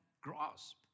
grasp